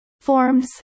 Forms